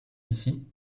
ici